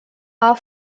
are